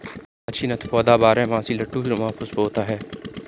hyacinth पौधा बारहमासी लट्टू नुमा पुष्प होता है